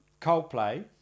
Coldplay